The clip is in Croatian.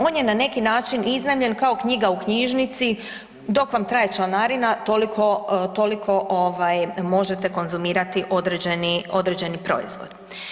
On je na neki način iznajmljen kao knjiga u knjižnici, dok vam traje članarina, toliko možete konzumirati određeni proizvod.